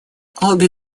обе